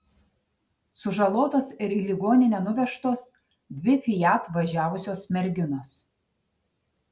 sužalotos ir į ligoninę nuvežtos dvi fiat važiavusios merginos